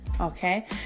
okay